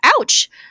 Ouch